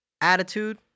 attitude